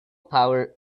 power